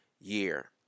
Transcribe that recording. year